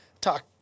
talk